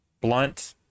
Blunt